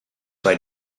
bei